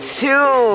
two